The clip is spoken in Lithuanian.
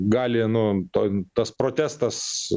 gali nu to tas protestas